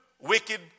wicked